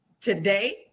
today